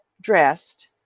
dressed